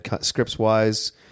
Scripts-wise